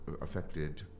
affected